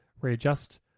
readjust